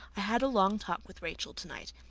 i had a long talk with rachel tonight.